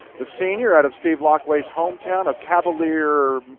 the senior out of steve laqau's hometown of cavalier,